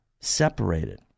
separated